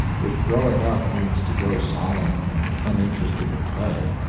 if growing up means to grow solemn and uninterested in play.